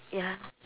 ya